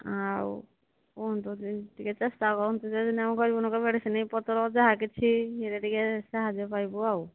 ହଉ ଟିକେ ଚେଷ୍ଟା କରନ୍ତୁ ଆପଣଙ୍କର ମେଡିସିନ ପତ୍ର ଯାହା କିଛି ହେଲେ ଟିକେ ସାହାଯ୍ୟ ପାଇବୁ ଆଉ